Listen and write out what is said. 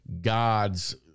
God's